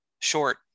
short